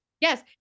Yes